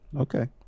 Okay